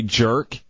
jerk